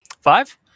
Five